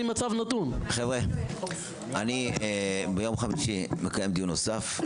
חבר'ה, אני ביום חמישי מקיים דיון נוסף.